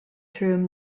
through